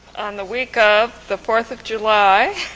on the week of the fourth of july.